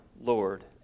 Lord